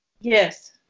Yes